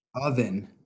oven